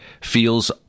feels